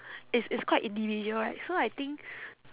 it's it's quite individual right so I think